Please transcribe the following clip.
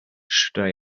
should